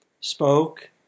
spoke